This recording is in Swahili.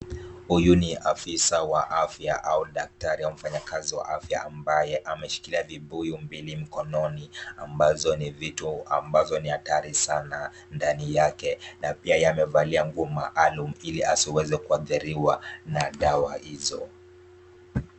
Huyu ni afisa wa afya au daktari ama mfanyakazi wa afya ambaye ameshikilia vibuyu mbili mkononi ambazo ni vitu ambazo ni hatari sana ndani yake na pia yamevalia nguo maalum ili asiweze kuathiriwa na dawa hizo.